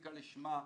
אסתטיקה לשמה,